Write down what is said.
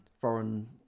foreign